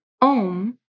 OM